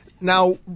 Now